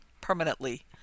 permanently